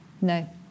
no